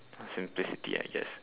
simplicity I guess